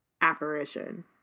apparition